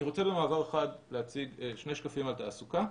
אני רוצה במעבר חד להציג שני שקפים על תעסוקה.